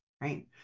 right